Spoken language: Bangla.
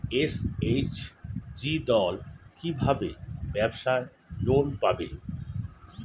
এস.এইচ.জি দল কী ভাবে ব্যাবসা লোন পাবে?